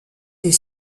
des